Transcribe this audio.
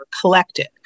collected